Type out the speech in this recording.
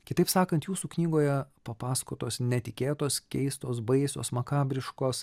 kitaip sakant jūsų knygoje papasakotos netikėtos keistos baisios makabriškos